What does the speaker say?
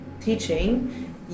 teaching